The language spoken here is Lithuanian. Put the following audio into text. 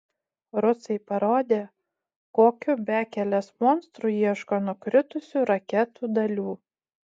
rusai parodė kokiu bekelės monstru ieško nukritusių raketų dalių